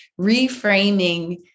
reframing